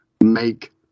make